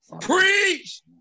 Preach